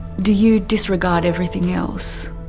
do you disregard everything else?